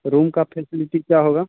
room की facility क्या होगा